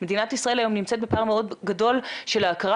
מדינת ישראל נמצאת היום בפער מאוד גדול של ההכרה